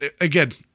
again